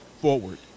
forward